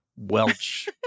Welch